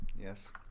Yes